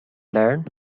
learn